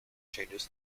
changes